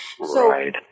Right